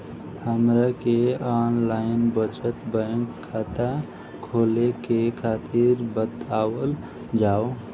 हमरा के online बचत बैंक खाता खोले के तरीका बतावल जाव?